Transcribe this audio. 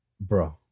bro